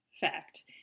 fact